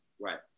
right